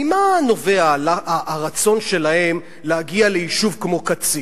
ממה נובע הרצון שלהם להגיע ליישוב כמו קציר?